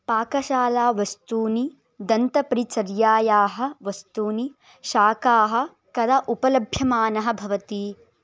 पाकशालावस्तूनि दन्तपरिचर्यायाः वस्तूनि शाकाः कदा उपलभ्यमानः भवति